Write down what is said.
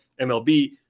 MLB